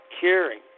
caring